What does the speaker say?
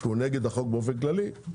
שהוא נגד החוק באופן כללי,